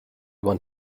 want